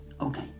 Okay